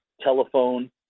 Telephone